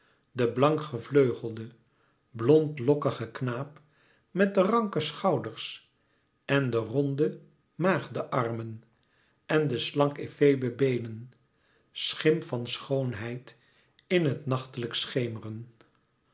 de blank gevleugelde blond lokkige knaap met de ranke schouders en de ronde maagdearmen en de slanke efebe beenen schim van schoonheid in het nachtelijk schemeren